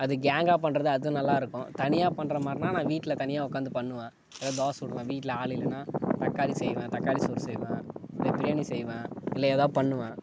அது கேங்காக பண்ணுறது அதுவும் நல்லாயிருக்கும் தனியாக பண்ணுற மாதிரினா நான் வீட்டில் தனியாக உட்காந்து பண்ணுவேன் ஏதாவது தோசை சுடுவேன் வீட்டில் ஆள் இல்லைனா தக்காளி செய்வேன் தக்காளி சோறு செய்வேன் இல்லை பிரியாணி செய்வேன் இல்லை ஏதாவது பண்ணுவேன்